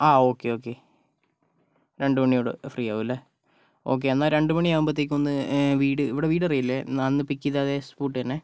ആ okay okay രണ്ട് മണിയോടെ ഫ്രീ ആകുവല്ലേ ഓക്കെ എന്നാൽ രണ്ട് മണിയാകുമ്പത്തേക്ക് ഒന്ന് വീട് ഇവിടെ വീടറിയില്ലേ അന്ന് പിക്ക് ചെയ്ത അതേ സ്പോട്ട് തന്നെ